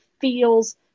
feels